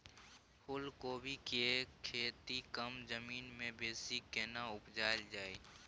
फूलकोबी के खेती कम जमीन मे बेसी केना उपजायल जाय?